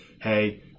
hey